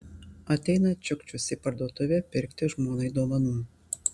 ateina čiukčius į parduotuvę pirkti žmonai dovanų